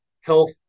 health